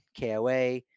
KOA